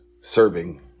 serving